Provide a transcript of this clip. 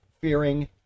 fearing